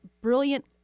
brilliant